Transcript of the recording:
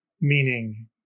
meaning